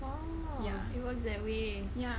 oh it works that way